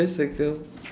then circle